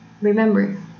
Remember